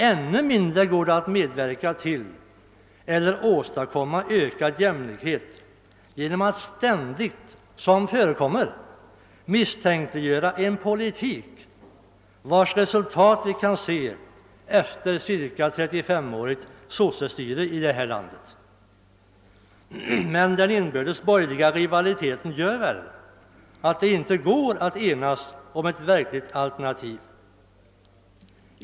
Ännu mindre går det att medverka till eller åstadkomma ökad jämlikhet genom att ständigt — sådant förekommer — misstänkliggöra en politik vars resultat vi kan se efter ett 35-årigt sossestyre här i landet. Men den inbördes borgerliga rivaliteten medför väl att det inte går att enas om ett verkligt alternativ.